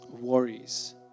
worries